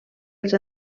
els